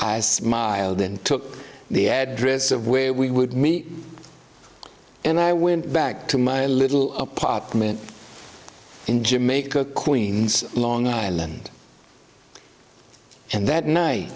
i smiled and took the address of where we would meet and i went back to my little apartment in jamaica queens long island and that night